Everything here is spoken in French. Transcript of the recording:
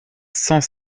cent